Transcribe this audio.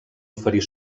oferir